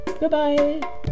Bye-bye